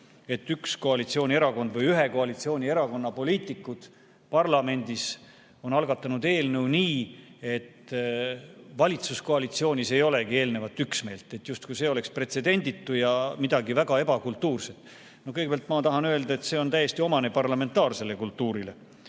et üks koalitsioonierakond või ühe koalitsioonierakonna poliitikud parlamendis on algatanud eelnõu nii, et valitsuskoalitsioonis ei olegi eelnevat üksmeelt, oleks justkui pretsedenditu ja midagi väga ebakultuurset. Kõigepealt ma tahan öelda, et see on täiesti omane parlamentaarsele kultuurile. Ja